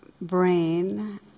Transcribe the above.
brain